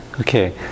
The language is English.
Okay